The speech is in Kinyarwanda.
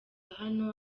hano